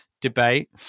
debate